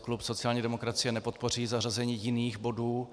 Klub sociální demokracie nepodpoří zařazení jiných bodů.